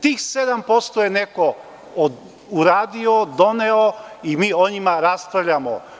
Tih 7% je neko uradio, doneo i mi o njima raspravljamo.